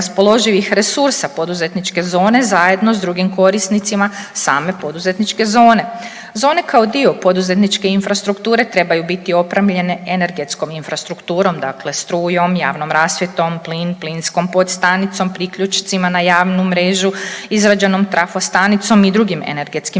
resursa poduzetničke zone zajedno s drugim korisnicima sa poduzetničke zone. Zone kao dio poduzetničke infrastrukture trebaju biti opremljene energetskom infrastrukturom dakle strujom, javnom rasvjetom, plinskom podstanicom, priključcima na javnu mrežu, izrađenom trafostanicom i drugim energetskim